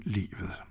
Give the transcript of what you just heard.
livet